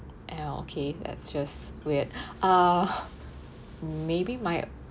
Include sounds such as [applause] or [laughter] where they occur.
eh ya okay that's just weird [breath] uh maybe my